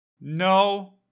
No